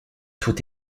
tout